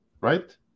right